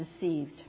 deceived